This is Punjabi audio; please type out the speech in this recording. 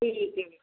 ਠੀਕ ਹੈ ਜੀ